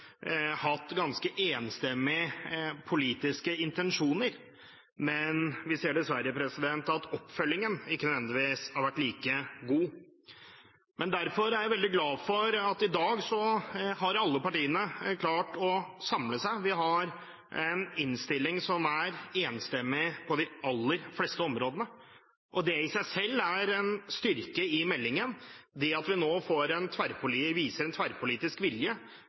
hatt ganske enstemmige politiske intensjoner, men vi ser dessverre at oppfølgingen ikke nødvendigvis har vært like god. Derfor er jeg veldig glad for at alle partiene i dag har klart å samle seg. Vi har en innstilling som er enstemmig på de aller fleste områdene. Det er en styrke når det gjelder meldingen, at vi nå viser tverrpolitisk vilje